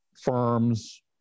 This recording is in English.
firms